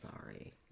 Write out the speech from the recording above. sorry